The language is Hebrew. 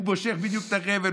הוא מושך בדיוק את החבל,